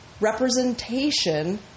representation